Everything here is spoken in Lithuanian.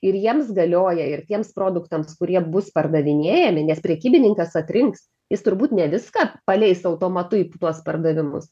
ir jiems galioja ir tiems produktams kurie bus pardavinėjami nes prekybininkas atrinks jis turbūt ne viską paleis automatu į tuos pardavimus